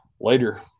later